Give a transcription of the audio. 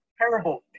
terrible